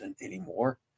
anymore